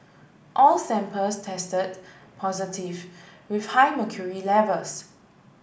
all samples tested positive with high mercury levels